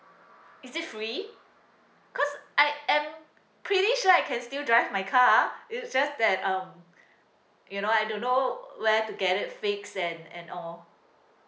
is this free cause I am pretty sure I can still drive my car it's just that um you know I don't know where to get it fixed and and all